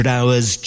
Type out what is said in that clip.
Hours